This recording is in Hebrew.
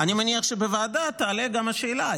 אני מניח שבוועדה תעלה גם השאלה,